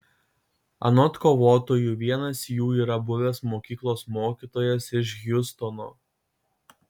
anot kovotojų vienas jų yra buvęs mokyklos mokytojas iš hjustono